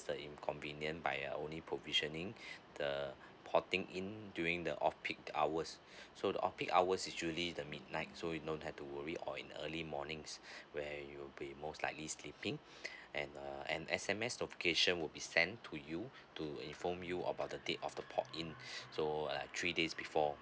the inconvenient by only provisioning the porting in during the off peak hours so the off peak hours is usually the midnight so you don't have to worry or in the early mornings where you'll be most likely sleeping and uh and S_M_S location will be sent to you to inform you about the date of the port in so uh three days before